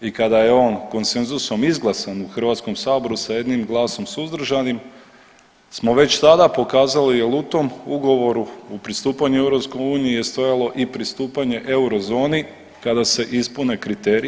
I kada je on konsenzusom izglasan u Hrvatskom saboru sa jednim glasom suzdržanim smo već tada pokazali jel' u tom ugovoru, u pristupanju EU je stajalo i pristupanje eurozoni kada se ispune kriteriji.